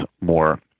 more